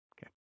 Okay